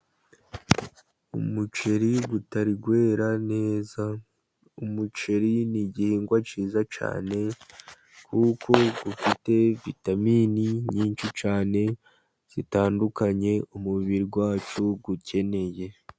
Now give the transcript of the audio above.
Umuceri utari wera neza , umuceri n'igihingwa cyiza cyane, kuko ufite vitamini nyinshi cyane zitandukanye, umubiri wacu ukeneye.